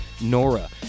Nora